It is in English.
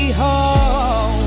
home